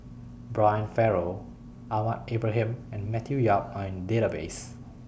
Brian Farrell Ahmad Ibrahim and Matthew Yap Are in Database